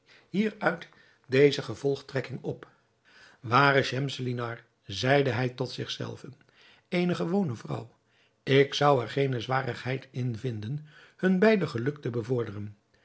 hieruit deze gevolgtrekking op ware schemselnihar zeide hij tot zichzelven eene gewone vrouw ik zou er geene zwarigheid in vinden hun beider geluk te bevorderen